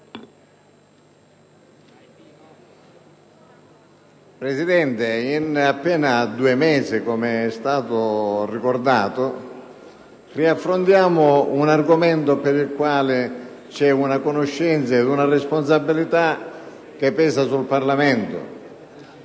Presidente, in appena due mesi, come è stato ricordato, riaffrontiamo un argomento per il quale oggi c'è una conoscenza ed una responsabilità che pesa sul Parlamento.